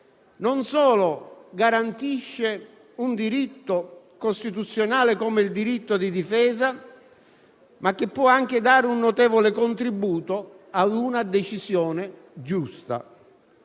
non solo garantisce un diritto costituzionale come il diritto di difesa, ma può anche dare un notevole contributo ad una decisione giusta.